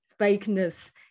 fakeness